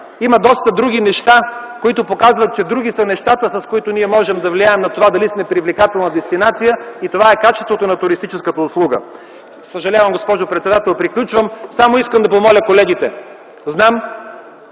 Има доста неща, които показват, че други са нещата, с които можем да влияем на това дали сме привлекателна дестинация и това е качеството на туристическата услуга. Съжалявам, госпожо председател, приключвам. Само искам да помоля колегите. Знам,